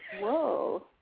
Whoa